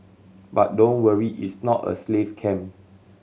but don't worry its not a slave camp